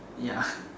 ya